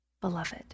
Beloved